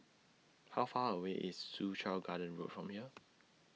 How Far away IS Soo Chow Garden Road from here